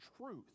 truth